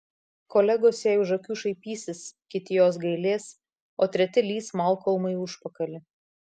kolegos jai už akių šaipysis kiti jos gailės o treti lįs malkolmui į užpakalį